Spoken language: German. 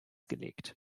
gelegt